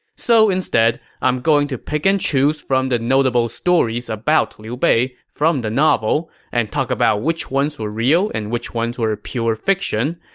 so instead, i'm going to pick and choose from the notable stories about liu bei from the novel and talk about which ones were real and which ones were pure fiction.